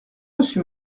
reçu